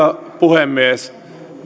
puhemies